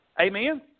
Amen